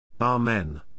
Amen